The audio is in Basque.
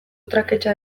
traketsa